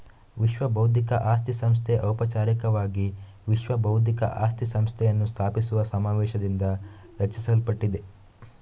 ವಿಶ್ವಬೌದ್ಧಿಕ ಆಸ್ತಿ ಸಂಸ್ಥೆ ಔಪಚಾರಿಕವಾಗಿ ವಿಶ್ವ ಬೌದ್ಧಿಕ ಆಸ್ತಿ ಸಂಸ್ಥೆಯನ್ನು ಸ್ಥಾಪಿಸುವ ಸಮಾವೇಶದಿಂದ ರಚಿಸಲ್ಪಟ್ಟಿದೆ